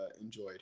enjoyed